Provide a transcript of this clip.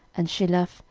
and sheleph,